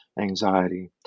anxiety